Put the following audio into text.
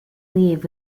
leave